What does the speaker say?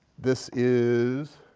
this is